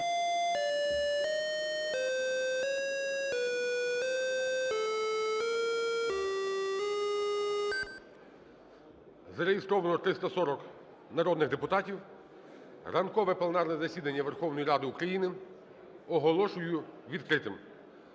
Зареєстровано 340 народних депутатів. Ранкове пленарне засідання Верховної Ради України оголошую відкритим.